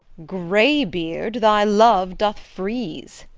greybeard, thy love doth freeze.